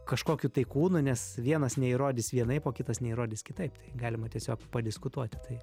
kažkokiu tai kūnu nes vienas neįrodys vienaip o kitas neįrodys kitaip tai galima tiesiog padiskutuoti tai